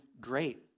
great